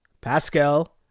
Pascal